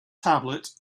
tablet